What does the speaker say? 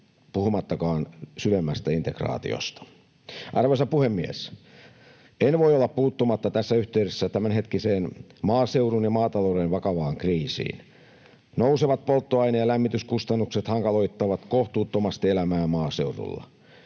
puhumattakaan syvemmästä integraatiosta. Arvoisa puhemies! En voi olla puuttumatta tässä yhteydessä tämänhetkiseen maaseudun ja maatalouden vakavaan kriisiin. Nousevat polttoaine- ja lämmityskustannukset hankaloittavat kohtuuttomasti elämää maaseudulla.